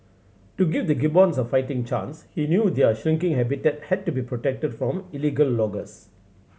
to give the gibbons a fighting chance he knew their shrinking habitat had to be protected from illegal loggers